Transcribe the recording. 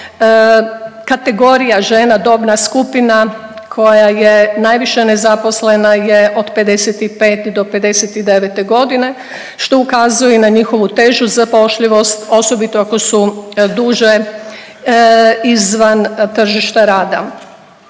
kategorija žena dobna skupina koje je najviše nezaposlena je od 55 do 59 godine što ukazuje na njihovu težu zapošljivost osobito ako su duže izvan tržišta rada.